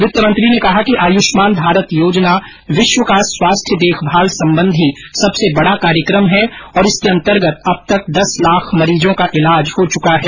वित्तमंत्री ने कहा कि आयुष्मान भारत योजना विश्व का स्वास्थ्य देखभाल संबंधी सबसे बड़ा कार्यक्रम है और इसके अंतर्गत अब तक दस लाख मरीजों का इलाज हो चुका है